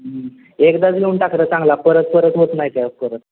एकदाच घेऊन टाक रे चांगला परत परत होत नाही काय परत